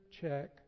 check